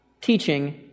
teaching